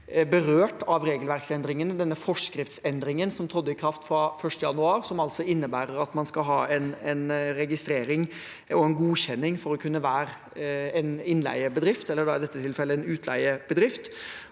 berørt av regelverksendringene, denne forskriftsendringen som trådte i kraft fra 1. januar, som altså innebærer at man skal ha en registrering og en godkjenning for å kunne være en innleiebedrift, eller da i dette tilfellet en utleiebedrift.